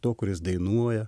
to kuris dainuoja